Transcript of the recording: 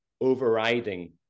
overriding